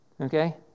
Okay